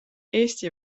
eesti